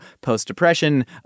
post-depression